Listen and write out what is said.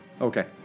Okay